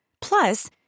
Plus